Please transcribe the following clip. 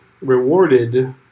rewarded